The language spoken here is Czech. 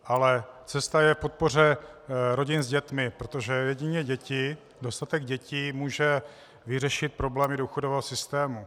Ale cesta je v podpoře rodin s dětmi, protože jedině děti, dostatek dětí může vyřešit problémy důchodového systému.